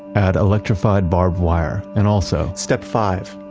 add electrified barbed wire. and also, step five.